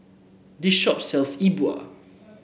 this shop sells E Bua